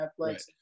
Netflix